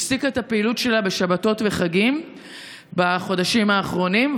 הפסיקה את הפעילות שלה בשבתות וחגים בחודשים האחרונים,